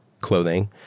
clothing